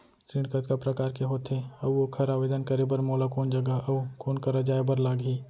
ऋण कतका प्रकार के होथे अऊ ओखर आवेदन करे बर मोला कोन जगह अऊ कोन करा जाए बर लागही?